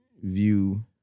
view